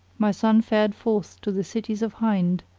my son fared forth to the cities of hind,